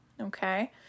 okay